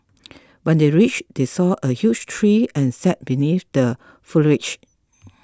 when they reach they saw a huge tree and sat beneath the foliage